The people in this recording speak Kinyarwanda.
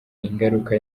ingaruka